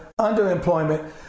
underemployment